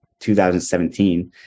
2017